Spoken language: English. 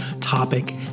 topic